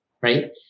right